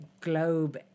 globe